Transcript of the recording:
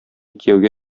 кияүгә